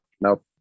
Nope